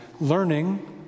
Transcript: learning